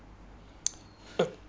uh